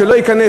שלא ייכנס,